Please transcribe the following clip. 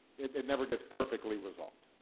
it never gets perfectly resolved.